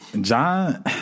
John